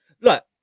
look